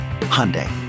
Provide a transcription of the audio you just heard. Hyundai